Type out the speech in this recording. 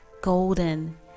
golden